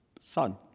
son